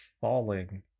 falling